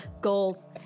goals